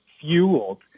fueled